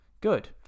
good